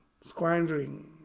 squandering